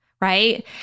right